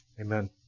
amen